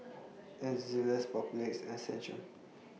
Papulex and Centrum